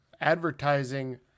advertising